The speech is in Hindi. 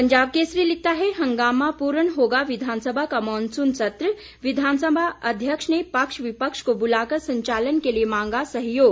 पंजाब केसरी लिखता है हंगामापूर्ण होगा विधानसभा का मॉनसून सत्र विधानसभा अध्यक्ष ने पक्ष विपक्ष को बुलाकर संचालन के लिए मांगा सहयोग